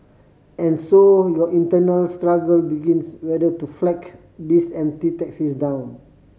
and so your internal struggle begins whether to flag these empty taxis down